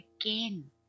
again